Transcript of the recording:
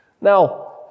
Now